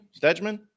Stegman